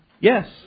Yes